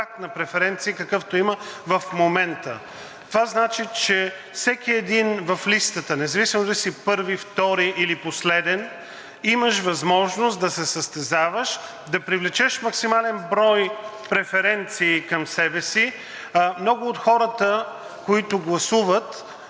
на преференции, какъвто има в момента. Това значи, че всеки един в листата – независимо дали си първи, втори или последен, имаш възможност да се състезаваш, да привлечеш максимален брой преференции към себе си. Много от хората, които гласуват,